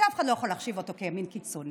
שאף אחד לא יכול להחשיב אותו לימין קיצוני,